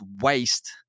waste